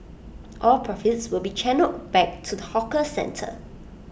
all profits will be channelled back to the hawker centre